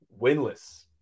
winless